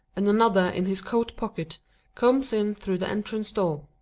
and another in his coat-pockety comes in through the entrance-door,